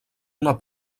una